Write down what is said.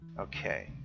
Okay